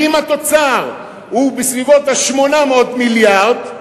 ואם התוצר הוא בסביבות 800 מיליארד,